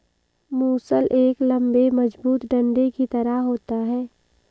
मूसल एक लम्बे मजबूत डंडे की तरह होता है